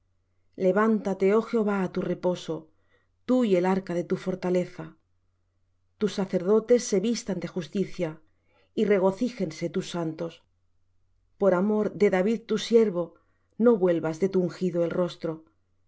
levántate oh jehová á tu reposo tú y el arca de tu fortaleza tus sacerdotes se vistan de justicia y regocíjense tus santos por amor de david tu siervo no vuelvas de tu ungido el rostro